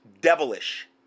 devilish